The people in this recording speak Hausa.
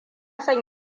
son